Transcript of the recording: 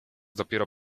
dopiero